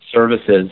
services